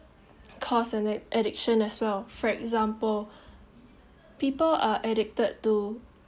cost an addiction as well for example people are addicted to